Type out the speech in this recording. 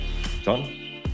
John